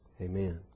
Amen